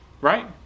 Right